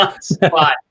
spot